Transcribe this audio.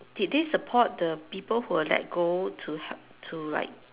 did they support the people who were let go to help to like